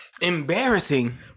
Embarrassing